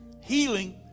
healing